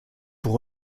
pour